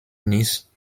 nichts